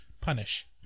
Punish